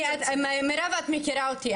מירב, את מכירה אותי.